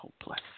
hopeless